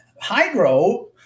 Hydro